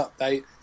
update